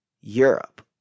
Europe